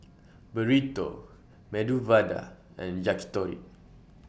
Burrito Medu Vada and Yakitori